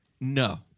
no